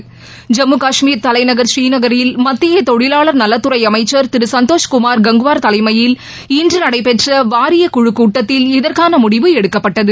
ஐம்மு காஷ்மீர் தலைநகர் ஸ்ரீநகரில் மத்திய தொழிலாளர் நலத்துறை அமைச்சர் திரு சந்தோஷ் குமார் கங்குவார் தலைமையில் இன்று நடைபெற்ற வாரிய குழு கூட்டத்தில் இதற்கான முடிவு எடுக்கப்பட்டது